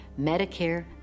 Medicare